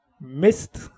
missed